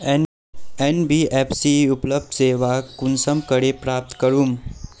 NBFC उपलब्ध सेवा कुंसम करे प्राप्त करूम?